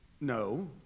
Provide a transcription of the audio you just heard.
No